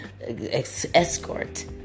escort